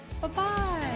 Bye-bye